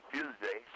Tuesday